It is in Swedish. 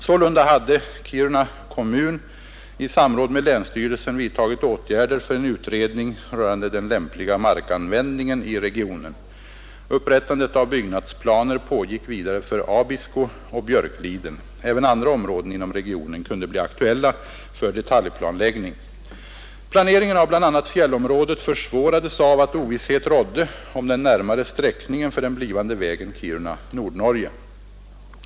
Sålunda hade Kiruna kommun i samråd med länsstyrelsen vidtagit åtgärder för en utredning rörande den lämpliga markanvändningen i regionen. Upprättandet av byggnadsplaner pågick vidare för Abisko och Björkliden. Även andra områden inom regionen kunde bli aktuella för detaljplanläggning. Planeringen av bl.a. fjällområdet försvårades av att ovisshet rådde om den närmare sträckningen för den blivande vägen Kiruna—Nordnorge.